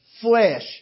flesh